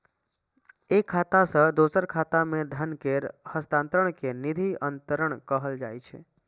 एक खाता सं दोसर खाता मे धन केर हस्तांतरण कें निधि अंतरण कहल जाइ छै